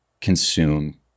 consume